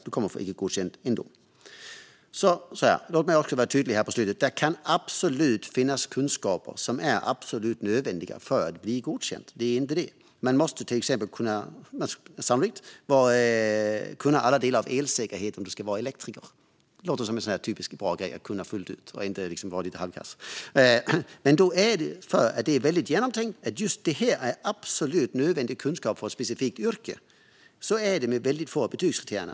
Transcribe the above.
Du kommer att få icke-godkänt ändå. Låt mig vara tydlig. Det kan absolut finnas kunskaper som är absolut nödvändiga för att man ska bli godkänd. Man måste till exempel sannolikt kunna alla delar av elsäkerhet om man ska vara elektriker. Det låter som en typiskt bra grej att kunna fullt ut - man ska liksom inte vara lite halvkass. Men då handlar det om att det är väldigt genomtänkt att just den kunskapen är absolut nödvändig för ett specifikt yrke. Så är det när det gäller väldigt få av betygskriterierna.